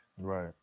Right